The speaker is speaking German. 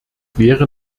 wäre